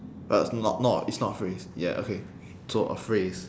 but it's not not it's not a phrase ya okay so a phrase